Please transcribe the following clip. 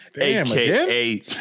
aka